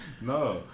No